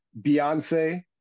Beyonce